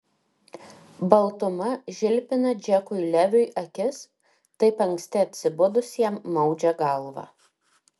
baltuma žilpina džekui leviui akis taip anksti atsibudus jam maudžia galvą